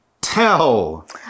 Tell